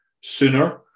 sooner